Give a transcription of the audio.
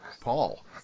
Paul